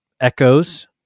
echoes